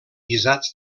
guisats